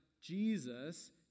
Jesus